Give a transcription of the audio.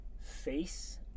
face